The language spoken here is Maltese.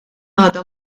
għadha